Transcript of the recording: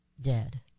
dead